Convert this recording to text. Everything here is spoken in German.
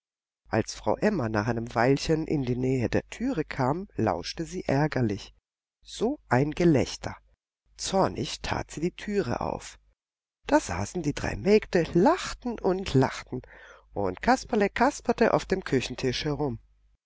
als frau emma nach einem weilchen in die nähe der türe kam lauschte sie ärgerlich so ein gelächter zornig tat sie die türe auf da saßen die drei mägde lachten und lachten und kasperle kasperte auf dem küchentisch herum